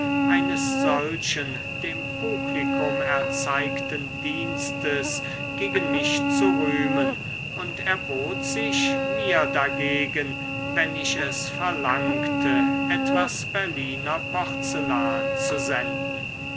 eines solchen dem publikum erzeigten dienstes gegen mich zu rühmen und erbot sich mir dagegen wenn ich es verlangte etwas berliner porzellan zu senden